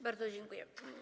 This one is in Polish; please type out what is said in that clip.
Bardzo dziękuję.